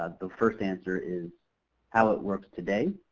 the first answer is how it works today,